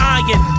iron